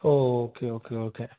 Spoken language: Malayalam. oh okay okay okay